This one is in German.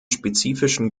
spezifischen